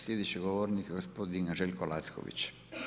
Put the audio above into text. Sljedeći govornik je gospodin Željko Lacković.